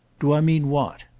do i mean what?